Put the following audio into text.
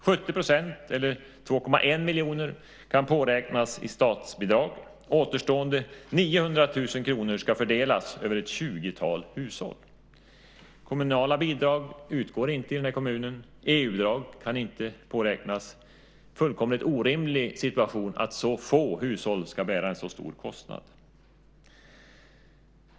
70 %, eller 2,1 miljoner kronor, kan påräknas i statsbidrag. Återstående 900 000 kronor ska fördelas över ett tjugotal hushåll. Kommunala bidrag utgår inte i den här kommunen. EU-bidrag kan inte påräknas. Det är en fullkomligt orimlig situation att så få hushåll ska bära en så stor kostnad.